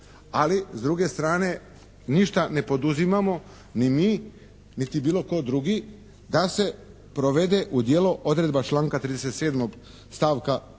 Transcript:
ali s druge strane ništa ne poduzimamo ni mi niti bilo tko drugi da se provede u djelo odredba članka 37. stavka